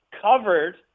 covered –